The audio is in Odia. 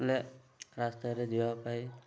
ହେଲେ ରାସ୍ତାରେ ଯିବା ପାଇଁ